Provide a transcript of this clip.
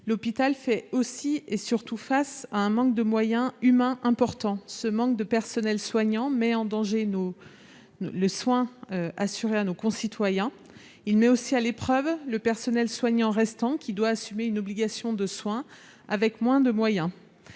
L'hôpital fait aussi et surtout face à un important manque de moyens humains. Ce manque de personnel met en danger les soins assurés à nos concitoyens ; il met aussi à l'épreuve les soignants restants, qui doivent assumer l'obligation de soins avec moins de moyens.